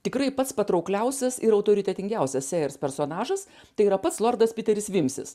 tikrai pats patraukliausias ir autoritetingiausias sėjers personažas tai yra pats lordas piteris vimsis